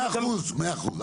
מאה אחוז, מאה אחוז.